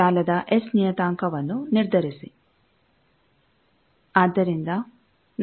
ಜಾಲದ ಎಸ್ ನಿಯತಾಂಕವನ್ನು ನಿರ್ಧರಿಸಿ